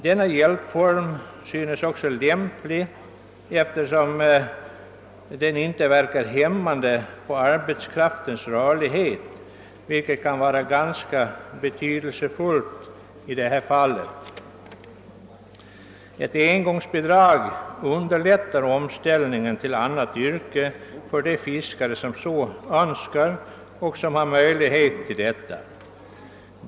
Denna hjälpform synes också lämplig eftersom den inte verkar hämmande på arbetskraftens rörlighet, vilket kan vara ganska betydelsefullt i detta fall. Ett engångsbidrag underlättar omställningen till annat yrke för de fiskare som öÖnskar och har möjlighet till en sådan omställning.